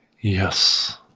yes